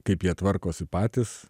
kaip jie tvarkosi patys